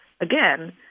again